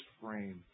frame